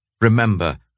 Remember